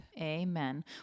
Amen